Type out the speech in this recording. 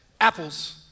apples